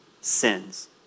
sins